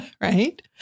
Right